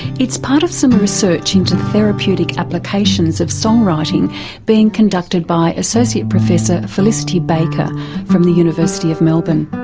it's part of some research into the therapeutic applications of song writing being conducted by associate professor felicity baker from the university of melbourne.